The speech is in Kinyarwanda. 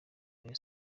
rayon